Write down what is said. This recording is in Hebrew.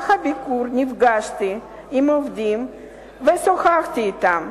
ובמהלך הביקור נפגשתי עם עובדים ושוחחתי אתם.